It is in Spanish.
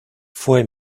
fue